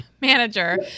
manager